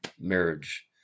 marriage